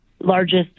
largest